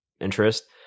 interest